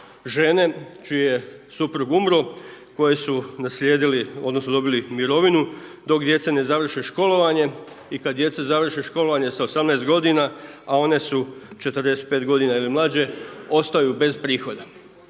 žene čiji je suprug umro koje su naslijedile odnosno dobile mirovinu dok djeca ne završe školovanje i kada djeca završe školovanje sa 18 godina a one su 45 godina ili mlađe ostaju bez prihoda.